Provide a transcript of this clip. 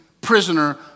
prisoner